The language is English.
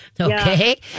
Okay